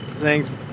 Thanks